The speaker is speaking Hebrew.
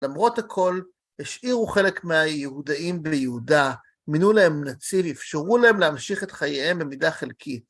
למרות הכל, השאירו חלק מהיהודאים ביהודה, מינו להם נציג, אפשרו להם להמשיך את חייהם במידה חלקית.